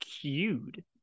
cued